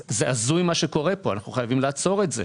הזוי מה שקורה פה, חייבים לעצור את זה.